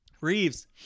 Reeves